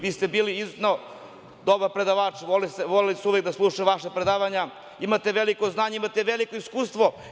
Vi ste bili izuzetno dobar predavač, voleli su da slušaju vaša predavanja, imate veliko znanje, imate veliko iskustvo.